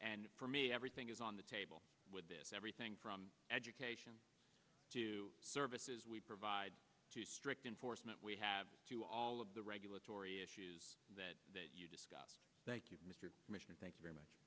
and for me everything is on the table with this everything from education to services we provide to strict enforcement we have to all of the regulatory issues that you discussed mr commissioner thank you very much